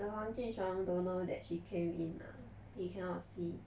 the 黄俊雄 don't know that she came in lah he cannot see